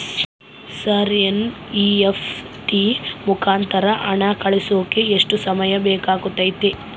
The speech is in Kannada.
ಸರ್ ಎನ್.ಇ.ಎಫ್.ಟಿ ಮುಖಾಂತರ ಹಣ ಕಳಿಸೋಕೆ ಎಷ್ಟು ಸಮಯ ಬೇಕಾಗುತೈತಿ?